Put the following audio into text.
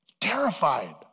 terrified